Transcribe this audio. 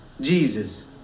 Jesus